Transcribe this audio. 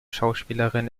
schauspielerin